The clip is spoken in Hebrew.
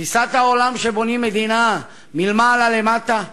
תפיסת העולם שבונים מדינה מלמעלה למטה,